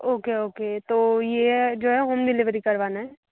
okay okay तो ये जो है होम डिलीवरी करवाना हैं